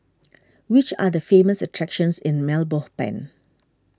which are the famous attractions in Mile Belmopan